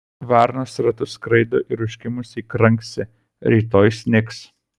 varnos ratu skraido ir užkimusiai kranksi rytoj snigs